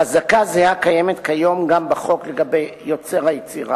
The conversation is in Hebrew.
חזקה זהה קיימת כיום גם בחוק יוצר היצירה.